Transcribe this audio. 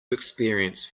experience